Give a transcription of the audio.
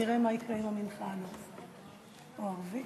נראה מה יקרה עם המנחה עד אז, או ערבית.